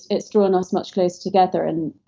it's drawn us much closer together, and